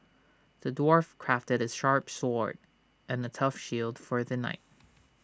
the dwarf crafted A sharp sword and A tough shield for the knight